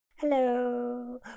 hello